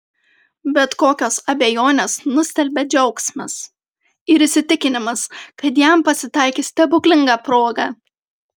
bet kokias abejones nustelbia džiaugsmas ir įsitikinimas kad jam pasitaikė stebuklinga proga